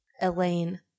Elaine